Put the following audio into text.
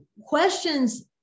questions